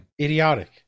Idiotic